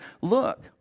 look